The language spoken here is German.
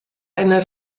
eine